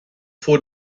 vor